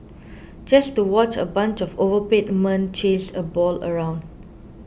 just to watch a bunch of overpaid men chase a ball around